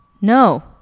No